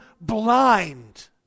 blind